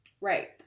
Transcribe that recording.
Right